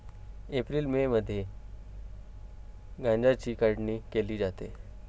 April May मध्ये गांजाची काढणी केली जाते